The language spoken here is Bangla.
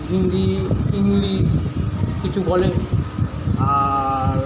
হিন্দি ইংলিশ কিছু বলে আর